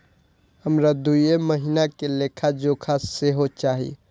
हमरा दूय महीना के लेखा जोखा सेहो चाही